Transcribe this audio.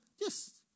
yes